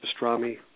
pastrami